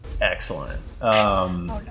Excellent